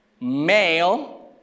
Male